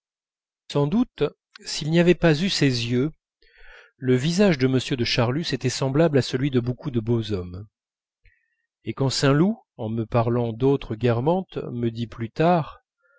sans doute s'il n'avait pas eu ces yeux le visage de m de charlus était semblable à celui de beaucoup de beaux hommes et quand saint loup en me parlant d'autres guermantes me dit plus tard